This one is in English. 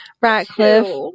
ratcliffe